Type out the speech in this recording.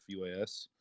UAS